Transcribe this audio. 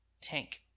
tank